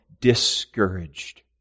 discouraged